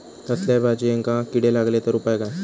कसल्याय भाजायेंका किडे लागले तर उपाय काय?